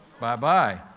Bye-bye